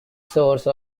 source